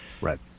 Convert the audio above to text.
Right